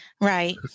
Right